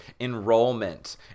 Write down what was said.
enrollment